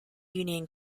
union